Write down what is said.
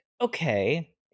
okay